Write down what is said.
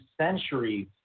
centuries